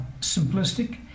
simplistic